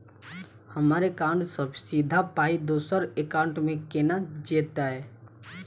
हम्मर एकाउन्ट सँ सीधा पाई दोसर एकाउंट मे केना जेतय?